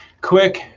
Quick